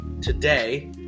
today